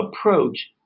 approach